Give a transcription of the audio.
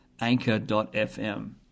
anchor.fm